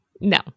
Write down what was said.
No